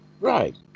Right